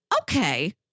okay